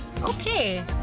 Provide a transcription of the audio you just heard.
Okay